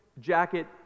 jacket